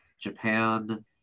Japan